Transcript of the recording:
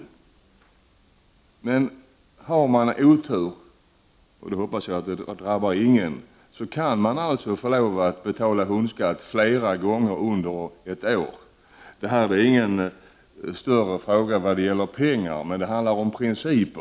Som det nu är kan den som har otur — och jag önskar verkligen inte att någon skall drabbas av detta — få lov att betala hundskatt flera gånger under ett år. Det här är ingen större fråga i pengar räknat, men det handlar om en princip.